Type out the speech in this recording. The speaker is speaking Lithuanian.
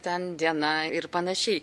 ten diena ir panašiai